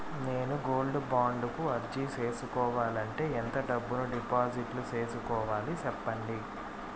నేను gold bond కు అర్జీ సేసుకోవాలంటే ఎంత డబ్బును డిపాజిట్లు సేసుకోవాలి సెప్పండి